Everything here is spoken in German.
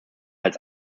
als